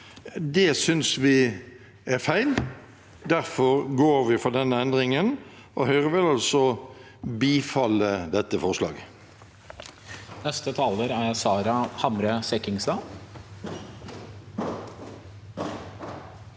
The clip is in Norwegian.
Det synes vi er feil. Derfor går vi for denne endringen, og Høyre vil altså bifalle dette forslaget.